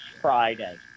Friday